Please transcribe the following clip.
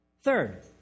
Third